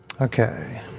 Okay